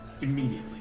immediately